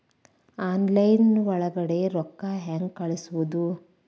Online ಒಳಗಡೆ ರೊಕ್ಕ ಹೆಂಗ್ ಕಳುಹಿಸುವುದು?